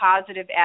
positive